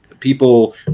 people